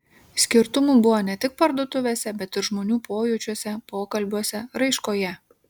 skirtumų buvo ne tik parduotuvėse bet ir žmonių pojūčiuose pokalbiuose raiškoje